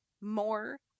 more